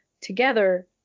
together